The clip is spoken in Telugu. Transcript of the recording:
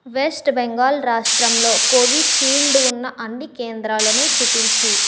వెస్ట్ బెంగాల్ రాష్ట్రంలో కోవిషీల్డ్ ఉన్న అన్ని కేంద్రాలను చూపించు